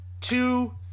two